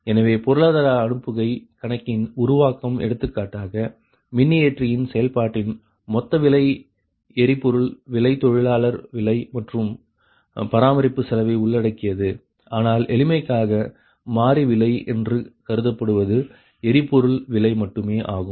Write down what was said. எனவே பொருளாதார அனுப்புகை கணக்கின் உருவாக்கம் எடுத்துக்காட்டாக மின்னியற்றியின் செயல்பாட்டின் மொத்த விலை எரிபொருள் விலை தொழிலாளர் விலை மற்றும் பராமரிப்பு செலவை உள்ளடக்கியது ஆனால் எளிமைக்காக மாறி விலை என்று கருதப்படுவது எரிபொருள் விலை மட்டுமே ஆகும்